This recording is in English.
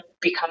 become